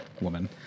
woman